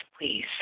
please